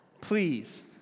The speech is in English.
Please